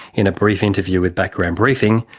in a brief interview with background briefing,